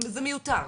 זה מיותר.